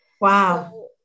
Wow